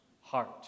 heart